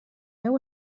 meu